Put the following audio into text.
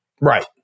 Right